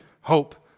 hope